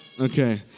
okay